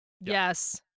Yes